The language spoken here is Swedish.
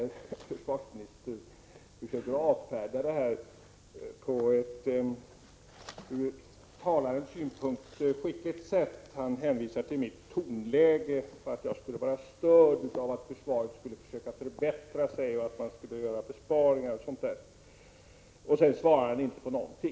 Herr talman! försvarsministern försöker avfärda mina frågor på ett ur talarens synpunkt skickligt sätt. Han hänvisar till mitt tonläge, att jag skulle vara störd över att försvaret söker förbättra sig och göra besparingar, osv. Sedan svarar han inte på någonting.